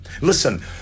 Listen